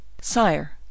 Sire